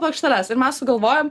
plokšteles ir mes sugalvojom